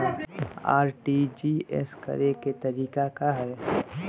RTGS करे के तरीका का हैं?